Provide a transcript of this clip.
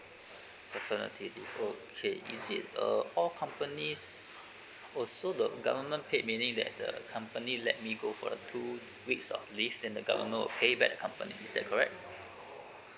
paternity leave okay is it uh all companies oh so the government paid meaning that the company let me go for the two weeks of leave then the government will pay back the company is that correct